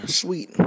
sweet